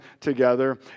together